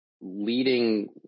leading